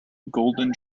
golden